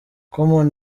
common